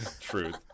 Truth